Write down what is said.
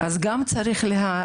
וזו גם סוגייה שצריך להסדיר.